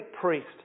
priest